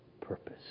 purpose